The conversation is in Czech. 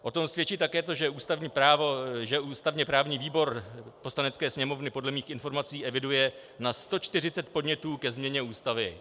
O tom svědčí také to, že ústavněprávní výbor Poslanecké sněmovny podle mých informací eviduje na 140 podnětů ke změně Ústavy.